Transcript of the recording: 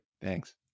Thanks